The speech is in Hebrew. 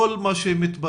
כל מה שמתפרסם